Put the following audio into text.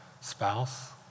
spouse